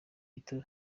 rito